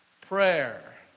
prayer